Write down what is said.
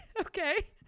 Okay